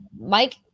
mike